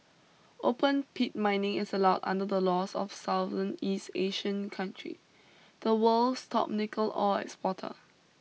open pit mining is allowed under the laws of Southern east Asian country the world's top nickel ore exporter